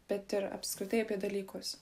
bet ir apskritai apie dalykus